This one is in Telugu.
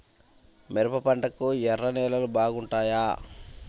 మిరప పంటకు ఎర్ర నేలలు బాగుంటాయా?